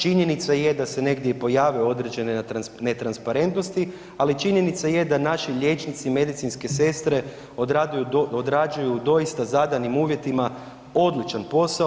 Činjenica je da se negdje i pojave određene netransparentnosti, ali činjenica je da naši liječnici, medicinske sestre, odrađuju doista zadanim uvjetima odličan posao.